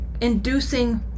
inducing